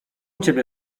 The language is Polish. ciebie